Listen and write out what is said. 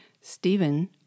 Stephen